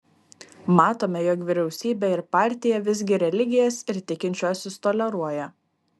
matome jog vyriausybė ir partija visgi religijas ir tikinčiuosius toleruoja